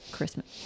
Christmas